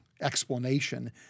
explanation